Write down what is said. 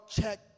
check